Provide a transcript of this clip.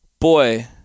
boy